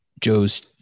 Joe's